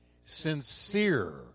sincere